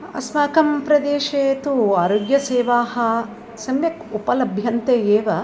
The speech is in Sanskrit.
अस्माकं प्रदेशे तु अरोग्यसेवाः सम्यक् उपलभ्यन्ते एव